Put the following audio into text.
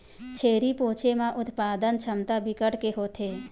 छेरी पोछे म उत्पादन छमता बिकट के होथे